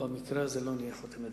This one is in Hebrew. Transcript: במקרה הזה אנחנו לא נהיה חותמת גומי.